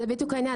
זה בדיוק העניין.